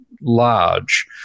large